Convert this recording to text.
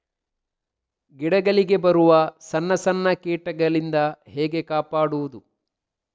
ಗಿಡಗಳಿಗೆ ಬರುವ ಸಣ್ಣ ಸಣ್ಣ ಕೀಟಗಳಿಂದ ಹೇಗೆ ಕಾಪಾಡುವುದು?